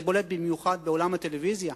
זה בולט במיוחד בעולם הטלוויזיה,